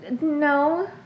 No